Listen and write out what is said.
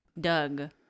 Doug